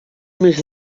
més